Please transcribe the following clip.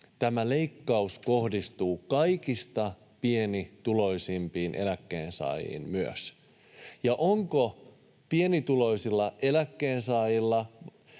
tämä leikkaus kohdistuu myös kaikista pienituloisimpiin eläkkeensaajiin, ja onko pienituloisilla eläkkeensaajilla,